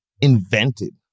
invented